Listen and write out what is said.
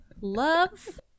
love